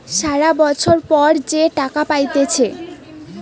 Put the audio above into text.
সারা বছর পর যে টাকা পাইতেছে